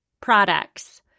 products